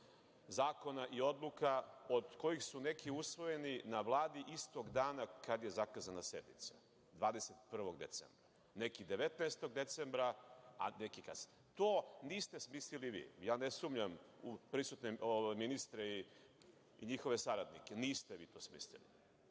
zakona i odluka, od kojih su neki usvojeni na Vladi istog dana kada je zakazana sednica, 21. decembra, neki 19. decembra, a neki kasnije. To niste smislili vi. Ja ne sumnjam u prisutne ministre i njihove saradnike. Niste vi to smislili.